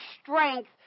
strength